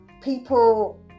people